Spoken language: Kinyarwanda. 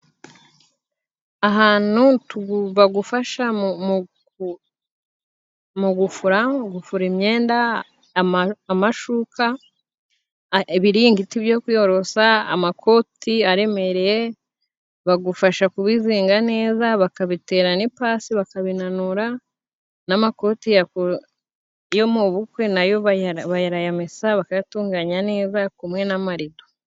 Ahantu tugomba gufasha mu gufura, gufura imyenda, amashuka, ibiringiti byo kwiyorosa, amakoti aremereye, bagufasha kubizinga neza, bakabitera n'ipasi, bakabinanura. N’amakoti yo mu bukwe, nayo barayamesa, bakayatunganya neza, kumwe n’amarido.